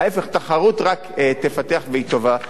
ההיפך, תחרות רק תפתח, והיא טובה לצרכן,